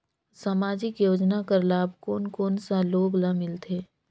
समाजिक योजना कर लाभ कोन कोन सा लोग ला मिलथे?